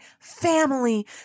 family